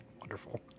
Wonderful